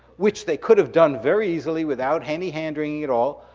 which they could've done very easily without any hand-wringing at all,